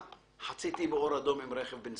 החלק הזה, זה כבר החלק האחורי של הרכב.